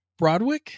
Broadwick